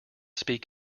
speak